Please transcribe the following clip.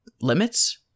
limits